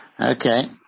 Okay